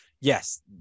yes